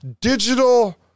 digital